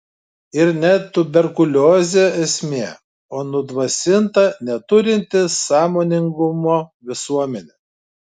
ir ne tuberkuliozė esmė o nudvasinta neturinti sąmoningumo visuomenė